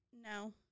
No